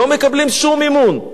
לא מקבלים שום מימון.